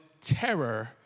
terror